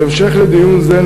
בהמשך לדיון זה,